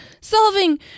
solving